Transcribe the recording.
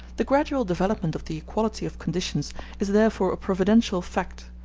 the gradual development of the equality of conditions is therefore a providential fact,